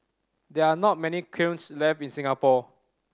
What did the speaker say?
there are not many kilns left in Singapore